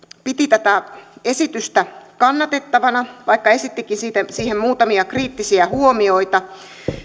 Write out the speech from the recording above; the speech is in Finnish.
piti tätä esitystä kannatettavana vaikka esittikin siihen muutamia kriittisiä huomioita